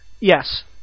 Yes